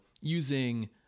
using